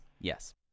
Yes